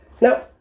Now